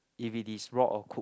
if it is raw or cooked